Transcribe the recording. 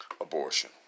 Abortion